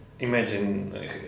Imagine